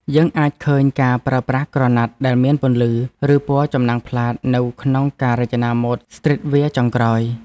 យើងអាចឃើញការប្រើប្រាស់ក្រណាត់ដែលមានពន្លឺ ឬពណ៌ចំណាំងផ្លាតនៅក្នុងការរចនាម៉ូដស្ទ្រីតវែរចុងក្រោយ។